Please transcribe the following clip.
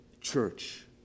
church